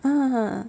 ah